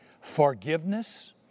forgiveness